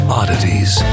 oddities